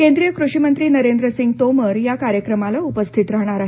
केंद्रीय कृषिमंत्री नरेंद्र सिंग तोमर या कार्यक्रमाला उपस्थित राहणार आहेत